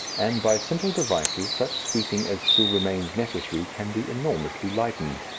and by simple devices such sweeping as still remains necessary can be enormously lightened.